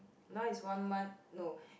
now is one month no